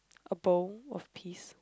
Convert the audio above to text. a bowl of peas